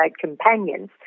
companions